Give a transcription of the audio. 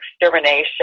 extermination